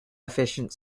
efficient